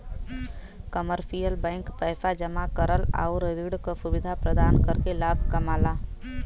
commercial bank पैसा जमा करल आउर ऋण क सुविधा प्रदान करके लाभ कमाला